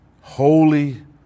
Holy